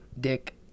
Dick